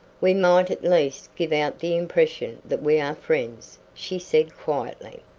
we might at least give out the impression that we are friends, she said quietly.